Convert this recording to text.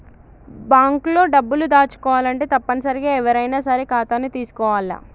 bank లో డబ్బులు దాచుకోవాలంటే తప్పనిసరిగా ఎవ్వరైనా సరే ఖాతాని తీసుకోవాల్ల